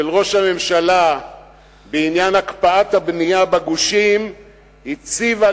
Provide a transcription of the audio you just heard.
של ראש הממשלה בעניין הקפאת הבנייה בגושים הציבה,